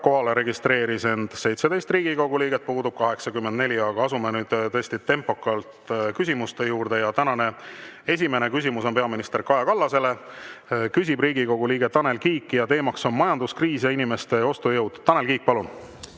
registreeris end 17 Riigikogu liiget, puudub 84. Asume nüüd tempokalt küsimuste juurde. Tänane esimene küsimus on peaminister Kaja Kallasele. Küsib Riigikogu liige Tanel Kiik, teema on majanduskriis ja inimeste ostujõud. Tanel Kiik, palun!